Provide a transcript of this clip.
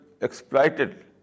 exploited